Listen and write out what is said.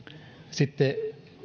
sitten